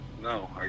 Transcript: No